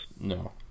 No